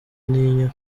ntinya